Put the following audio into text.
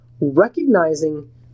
recognizing